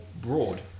broad